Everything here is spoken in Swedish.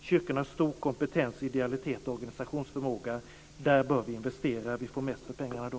Kyrkorna har stor kompetens, idealitet och organisationsförmåga. Där bör vi investera. Vi får mest för pengarna då.